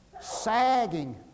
Sagging